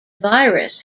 virus